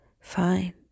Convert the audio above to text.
Fine